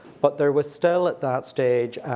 but there was still at that stage,